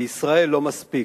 בישראל לא מספיק.